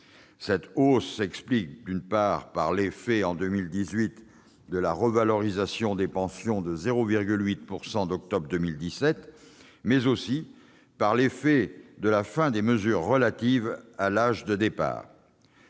Cette hausse s'explique, d'une part, par l'effet en 2018 de la revalorisation des pensions de 0,8 % d'octobre 2017 et, d'autre part, par l'effet de la fin des mesures relatives à l'âge de départ.